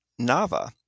Nava